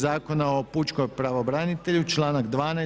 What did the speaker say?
Zakona o pučkom pravobranitelju, članak 12.